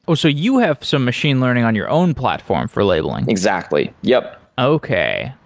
so so you have some machine learning on your own platform for labeling. exactly. yup. okay.